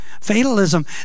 fatalism